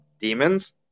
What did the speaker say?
Demons